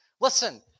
Listen